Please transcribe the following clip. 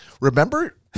Remember